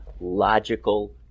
logical